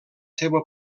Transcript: seua